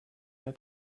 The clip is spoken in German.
der